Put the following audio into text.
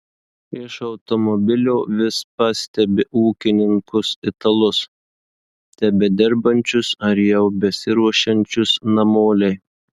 iš automobilio vis pastebi ūkininkus italus tebedirbančius ar jau besiruošiančius namolei